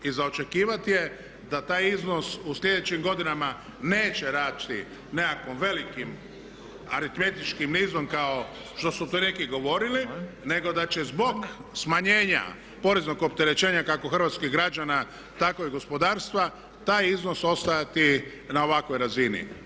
I za očekivati je da taj iznos u sljedećim godinama neće rasti nekakvim velikim aritmetičkim nizom kao što su to neki govorili, nego da će zbog smanjenja poreznog opterećenja kako hrvatskih građana tako i gospodarstva taj iznos ostati na ovakvoj razini.